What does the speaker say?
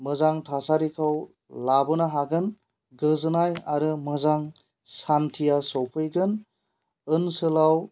मोजां थासारिखौ लाबोनो हागोन गोजोनाय आरो मोजां सान्थिया सफैगोन ओनसोलाव